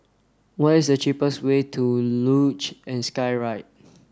what is the cheapest way to Luge and Skyride